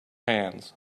hands